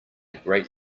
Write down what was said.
great